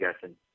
guessing